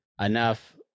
enough